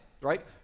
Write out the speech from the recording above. right